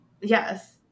yes